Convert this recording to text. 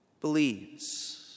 believes